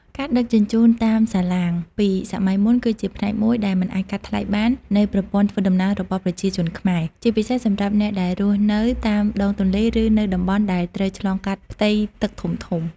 ការដឹកជញ្ជូនតាមសាឡាងពីសម័យមុនគឺជាផ្នែកមួយដែលមិនអាចកាត់ថ្លៃបាននៃប្រព័ន្ធធ្វើដំណើររបស់ប្រជាជនខ្មែរ ជាពិសេសសម្រាប់អ្នកដែលរស់នៅតាមដងទន្លេ ឬនៅតំបន់ដែលត្រូវឆ្លងកាត់ផ្ទៃទឹកធំៗ។